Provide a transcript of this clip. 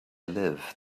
live